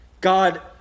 God